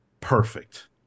perfect